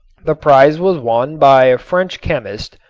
the prize was won by a french chemist,